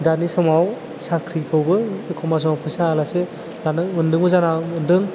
दानि समाव साख्रिखौबो एखमा समाव फैसा होयालासे लानो मोनदोंबो जानो हागौ मोन्दों